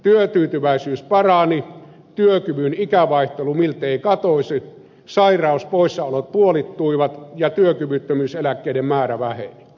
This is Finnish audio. työtyytyväisyys parani työkyvyn ikävaihtelu miltei katosi sairauspoissaolot puolittuivat ja työkyvyttömyyseläkkeiden määrä väheni